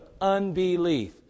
unbelief